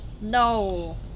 no